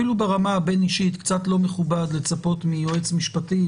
אפילו ברמה הבין-אישית קצת לא מכובד לצפות מיועץ משפטי,